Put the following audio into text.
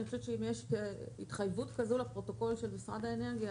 אני חושבת שאם יש התחייבות כזו לפרוטוקול של משרד האנרגיה,